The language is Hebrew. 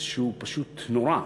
שהוא פשוט נורא.